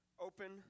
open